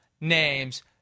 names